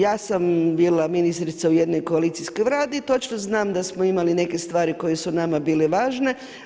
Ja sam bila ministrica u jednoj koalicijskoj Vladi i točno znam da smo imali neke stvari koje su nama bile važne.